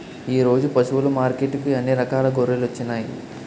ఈరోజు పశువులు మార్కెట్టుకి అన్ని రకాల గొర్రెలొచ్చినాయ్